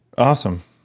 awesome,